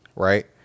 Right